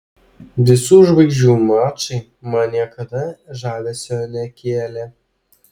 visų žvaigždžių mačai man niekada žavesio nekėlė